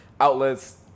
outlets